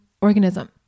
organism